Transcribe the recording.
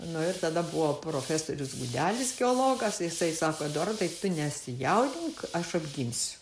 nu ir tada buvo profesorius gudelis geologas jisai sako eduardai tu nesijaudink aš apginsiu